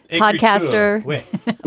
podcaster with